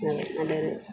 നല്ല നല്ലൊരു